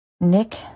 Nick